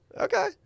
Okay